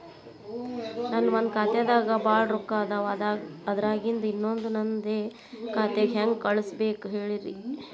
ನನ್ ಒಂದ್ ಖಾತ್ಯಾಗ್ ಭಾಳ್ ರೊಕ್ಕ ಅದಾವ, ಅದ್ರಾಗಿಂದ ಇನ್ನೊಂದ್ ನಂದೇ ಖಾತೆಗೆ ಹೆಂಗ್ ಕಳ್ಸ್ ಬೇಕು ಹೇಳ್ತೇರಿ?